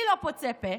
מי לא פוצה פה?